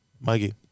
Mikey